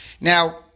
Now